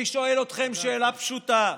אני שואל אתכם שאלה פשוטה: